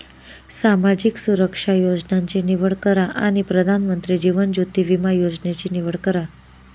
सामाजिक सुरक्षा योजनांची निवड करा आणि प्रधानमंत्री जीवन ज्योति विमा योजनेची निवड करा